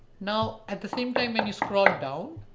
now, at the same time, when you scroll down,